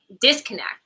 disconnect